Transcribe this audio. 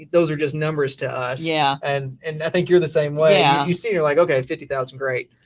those are just numbers to us yeah and and i think you're the same way. way. yeah you see? you're like, okay, and fifty thousand. great.